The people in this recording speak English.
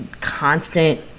constant